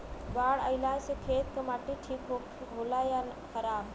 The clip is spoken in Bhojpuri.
बाढ़ अईला से खेत के माटी ठीक होला या खराब?